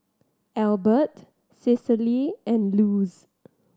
Elbert Cecily and Luz